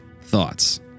thoughts